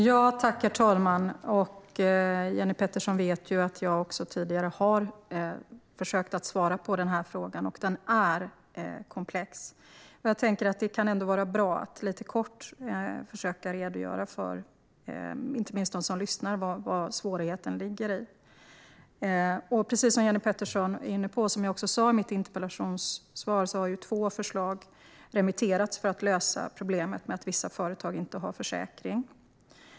Herr talman! Jenny Petersson vet att jag också tidigare har försökt svara på den här frågan, och den är komplex. Det kan vara bra att jag lite kort försöker redogöra, inte minst för dem som lyssnar, för vad svårigheten ligger i. Precis som Jenny Petersson var inne på, och som jag sa i mitt interpellationssvar, har två utredningsförslag remitterats för att lösa problemet med att vissa företag inte har försäkring.